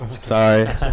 Sorry